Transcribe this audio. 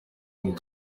njya